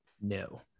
No